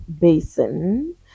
Basin